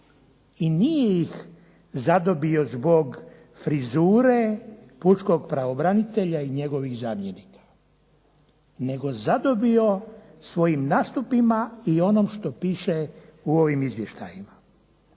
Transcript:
I nije ih zadobio zbog frizure pučkog pravobranitelja i njegovih zamjenika, nego zadobio svojim nastupima i onom što piše u ovim izvještajima.